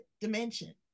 dimension